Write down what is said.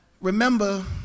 Remember